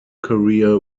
career